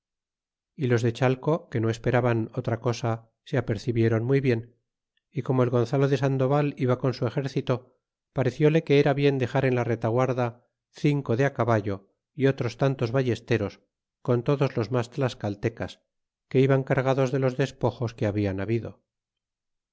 y los de chalco que no esperaban otra cosa se apercebieron muy bien y como el gonzalo de sandoval iba con su exercito z cióle que era bien dexar en la retaguarda cinco de caballo y otros tantos ballesteros con todos los mas tlascaltecas que iban cargados de los despojos que habian habido